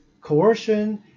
coercion